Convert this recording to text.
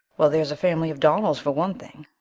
well, there's a family of donnells, for one thing.